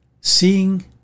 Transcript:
seeing